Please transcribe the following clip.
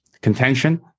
contention